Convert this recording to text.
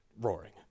roaring